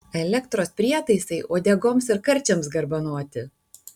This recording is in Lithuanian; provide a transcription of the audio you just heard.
elektros prietaisai uodegoms ir karčiams garbanoti